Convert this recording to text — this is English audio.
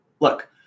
look